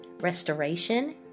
restoration